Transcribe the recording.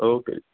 okay